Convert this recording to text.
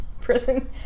prison